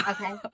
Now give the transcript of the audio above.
okay